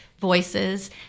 voices